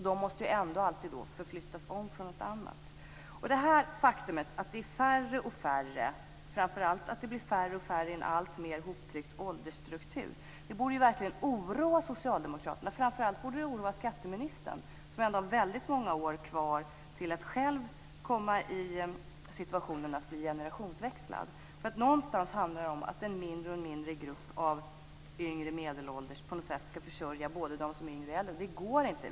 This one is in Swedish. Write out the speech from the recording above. De måste ändå alltid flyttas över från något annat. Det faktum att det blir färre och färre personer i en allt mer hoptryckt åldersstruktur borde verkligen oroa socialdemokraterna. Framför allt borde det oroa skatteministern som har väldigt många år kvar innan han själv kommer i situationen att han blir generationsväxlad. Det handlar om att en allt mindre grupp av yngre och medelålders skall försörja både dem som är yngre och dem som är äldre. Det går inte.